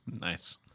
Nice